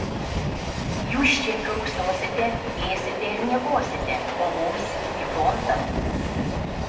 jūs čia kiurksosite ėsite ir miegosite o mums į frontą